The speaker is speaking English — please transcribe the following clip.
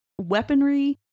weaponry